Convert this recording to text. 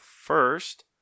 first